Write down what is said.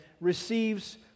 receives